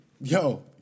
Yo